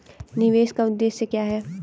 निवेश का उद्देश्य क्या है?